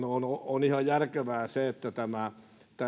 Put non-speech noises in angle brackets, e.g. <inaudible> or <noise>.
<unintelligible> on on ihan järkevää se että